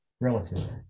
Relative